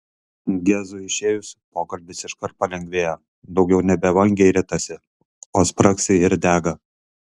gezui išėjus pokalbis iškart palengvėja daugiau nebe vangiai ritasi o spragsi ir dega